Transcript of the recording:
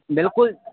ਬਿਲਕੁਲ